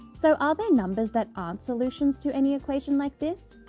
so are there numbers that aren't solutions to any equation like this?